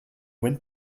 wind